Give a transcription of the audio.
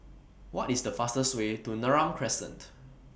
What IS The fastest Way to Neram Crescent